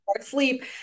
sleep